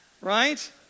right